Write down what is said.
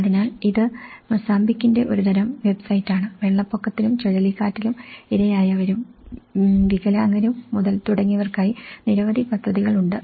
അതിനാൽ ഇത് മൊസാംബിക്കിന്റെ ഒരു തരം വെബ്സൈറ്റാണ് വെള്ളപ്പൊക്കത്തിലും ചുഴലിക്കാറ്റിലും ഇരയായവരും വികലാംഗരും മുതൽ തുടങ്ങിയവർക്കായി നിരവധി പദ്ധതികൾ ഉണ്ട്